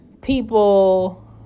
People